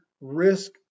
risk